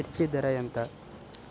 మిర్చి ధర ఎంత?